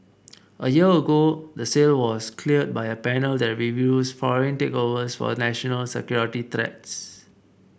a year ago the sale was cleared by a panel that reviews foreign takeovers for national security threats